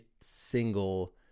single